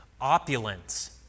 opulence